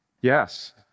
Yes